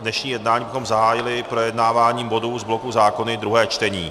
Dnešní jednání bychom zahájili projednáváním bodu z bloku zákony druhé čtení.